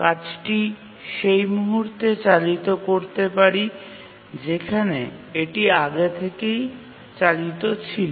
কাজটি সেই মুহূর্তে চালিত করতে পারি যেখানে এটি আগে থেকেই চালিত ছিল